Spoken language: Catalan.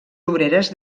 obreres